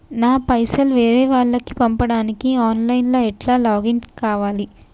నా పైసల్ వేరే వాళ్లకి పంపడానికి ఆన్ లైన్ లా ఎట్ల లాగిన్ కావాలి?